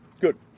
Good